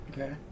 Okay